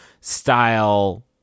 style